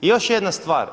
I još jedna stvar.